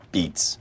Beats